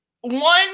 one